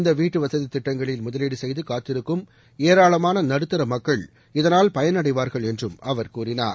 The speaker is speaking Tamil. இந்த வீட்டு வசதி திட்டங்களில் முதலீடு செய்து காத்திருக்கும் ஏராளமான நடுத்தர மக்கள் இதனால் பயனடைவார்கள் என்றும் அவர் கூறினார்